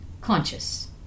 conscious